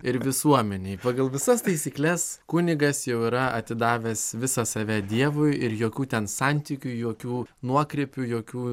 ir visuomenei pagal visas taisykles kunigas jau yra atidavęs visą save dievui ir jokių ten santykių jokių nuokrypių jokių